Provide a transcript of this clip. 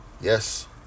Yes